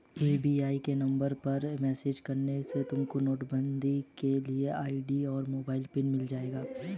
SBI के number पर message करके भी तुमको नेटबैंकिंग के लिए आई.डी और मोबाइल पिन मिल जाएगा